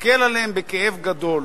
מסתכל עליהם בכאב גדול.